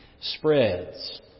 spreads